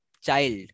child